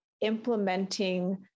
implementing